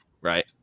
right